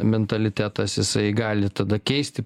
mentalitetas jisai gali tada keisti